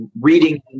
reading